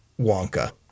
Wonka